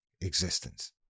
existence